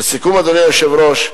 לסיום, אדוני היושב-ראש,